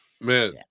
Man